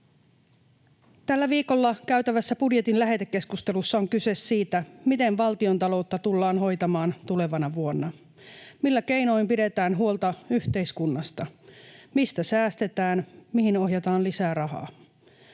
Tällä viikolla käytävässä budjetin lähetekeskustelussa on kyse siitä, miten valtiontaloutta tullaan hoitamaan tulevana vuonna, millä keinoin pidetään huolta yhteiskunnasta, mistä säästetään, mihin ohjataan lisää rahaa.